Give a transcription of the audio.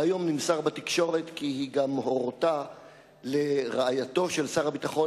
והיום נמסר בתקשורת כי היא גם הורתה לרעייתו של שר הביטחון